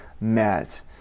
met